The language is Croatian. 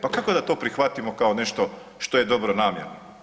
Pa kako da to prihvatimo kao nešto što je dobronamjerno?